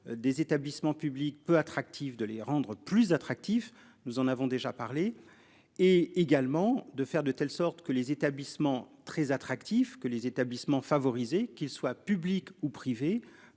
Des établissements publics peu attractive de les rendre plus attractif. Nous en avons déjà parlé et également de faire de telle sorte que les établissements très attractif que les établissements favorisés, qu'ils soient publics ou privés